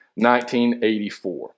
1984